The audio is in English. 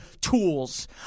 tools